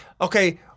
okay